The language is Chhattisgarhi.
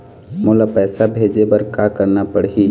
मोला पैसा भेजे बर का करना पड़ही?